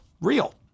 real